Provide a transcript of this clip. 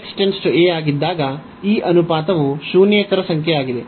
X → a ಆಗಿದ್ದಾಗ ಈ ಅನುಪಾತವು ಶೂನ್ಯೇತರ ಸಂಖ್ಯೆಯಾಗಿದೆ